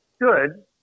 good